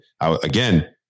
Again